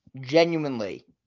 Genuinely